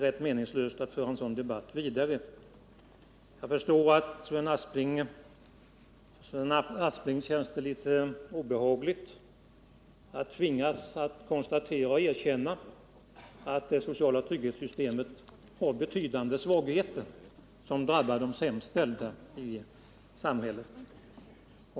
Jag förstår att det för Sven Aspling känns litet obehagligt att tvingas konstatera och erkänna att det sociala trygghetssystemet har betydande svagheter, som drabbar de sämst ställda i samhället.